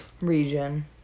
region